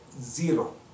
zero